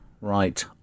Right